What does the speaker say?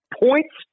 points